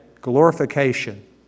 glorification